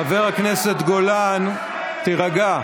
הממשלה הכי מושחתת, חבר הכנסת גולן, תירגע.